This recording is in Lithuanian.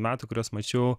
metų kuriuos mačiau